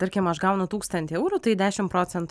tarkim aš gaunu tūkstantį eurų tai dešim procentų